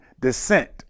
descent